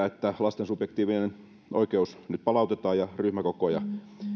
että lasten subjektiivinen oikeus nyt palautetaan ja ryhmäkokoja